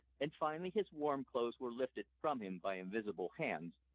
and finally his warm clothes were lifted from him by invisible hands,